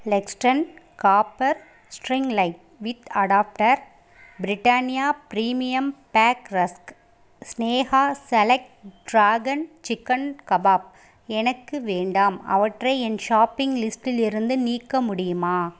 Lexton copper string light with adapter Britannia premium bake rusk Sneha select dragon chicken kebab எனக்கு வேண்டாம் அவற்றை என் shopping லிஸ்டிலிருந்து நீக்க முடியுமா